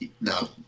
No